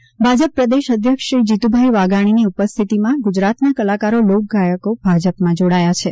ભાજપમાં જોડાયા ભાજપ પ્રદેશ અધ્યક્ષ શ્રી જીત્રભાઇ વાઘાણીની ઉપસ્થિતિમાં ગુજરાતના કલાકારો લોકગાયકો ભાજપમાં જોડાયા છે